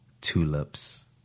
tulips